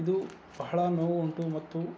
ಇದು ಬಹಳ ನೋವುಂಟು ಮತ್ತು